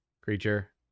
creature